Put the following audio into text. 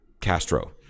Castro